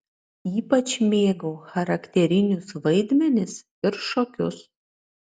ypač mėgau charakterinius vaidmenis ir šokius